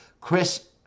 Chris